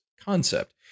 concept